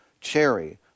cherry